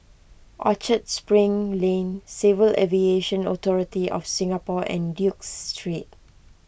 Orchard Spring Lane Civil Aviation Authority of Singapore and Duke Street